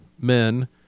men